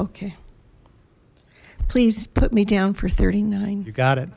okay please put me down for thirty nine you got it